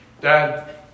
dad